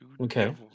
okay